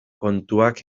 kontuak